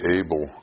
able